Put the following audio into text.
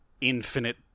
infinite